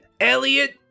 Elliot